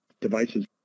devices